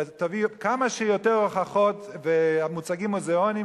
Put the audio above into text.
תביאו כמה שיותר הוכחות ומוצגים מוזיאוניים